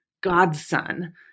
godson